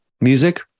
music